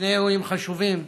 שני אירועים חשובים: